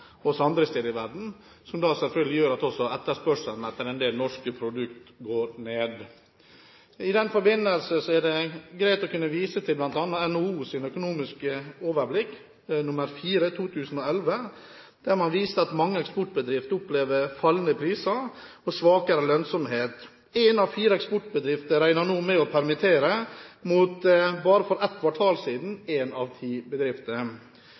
også legge ned hele eller deler av sin virksomhet. Dette skjer i lys av endrede konjunkturer og som en følge av den krisen som vi ser rundt omkring i Europa og andre steder i verden, som selvfølgelig gjør at etterspørselen etter en del norske produkter går ned. I den forbindelse er det greit å kunne vise til bl.a. NHOs Økonomisk overblikk nr. 4/2011, der man viser at mange eksportbedrifter opplever fallende priser og svakere lønnsomhet. En av fire eksportbedrifter regner